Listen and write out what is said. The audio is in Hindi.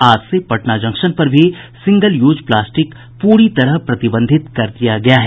आज से पटना जंक्शन पर भी सिंगल यूज प्लास्टिक पूरी तरह प्रतिबंधित कर दिया गया है